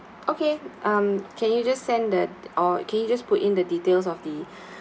okay um can you just send the or can you just put in the details of the